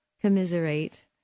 commiserate